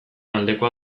aldekoa